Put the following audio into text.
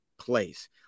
place